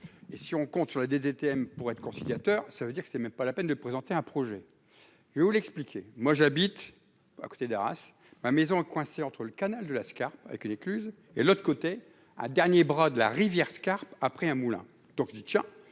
et si on compte sur la DDTM pour être conciliateur, ça veut dire que c'est même pas la peine de présenter un projet Eole, expliquez moi j'habite à côté d'Arras, ma maison, coincé entre le canal de lascars avec une écluse et l'autre côté, ah, dernier bras de la rivière ce carte après un moulin donc dit : tiens,